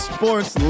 Sports